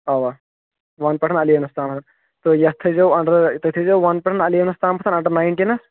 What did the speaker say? اَوا وَن پٮ۪ٹھٕ اَلیونَس تامَتھ تہٕ یَتھ تھٲیزیو اَنڈَر تُہۍ تھٲیزیو وَن پٮ۪ٹھ اَلیونَس تامَتھ اَنڈَر نایِنٹیٖنَس